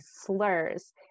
slurs